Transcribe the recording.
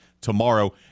tomorrow